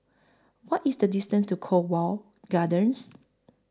What IS The distance to Cornwall Gardens